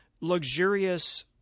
luxurious